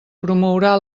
promourà